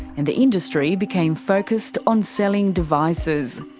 and the industry became focused on selling devices.